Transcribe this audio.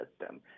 system